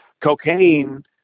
cocaine